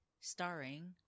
starring